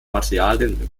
materialien